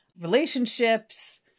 relationships